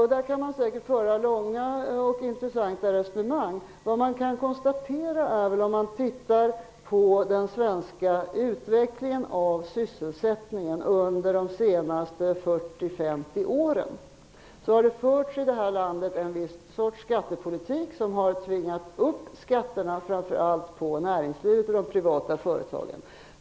Här kan man säkert föra långa och intressanta resonemang. Om man tittar på den svenska utvecklingen av sysselsättningen under de senaste 40--50 åren har det i detta land förts en viss sorts skattepolitik som har tvingat upp skatterna framför allt för näringslivet och de privata företagen.